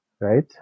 right